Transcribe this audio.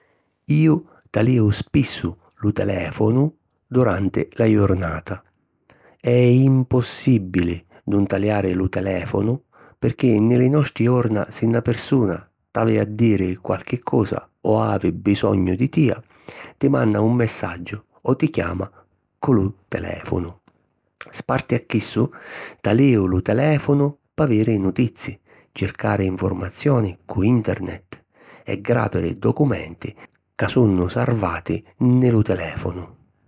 Iu talìu spissu lu telèfonu duranti la jurnata. È impòssibili nun taliari lu telèfonu pirchì nni li nostri jorna si na pirsuna t'havi a diri qualchi cosa o havi bisognu di tia, ti manna un messaggiu o ti chiama cu lu telèfonu. Sparti a chissu, talìu lu telèfonu p'aviri nutizi, circari informazioni cu internet e gràpiri documenti ca sunnu sarvati nni lu telèfonu.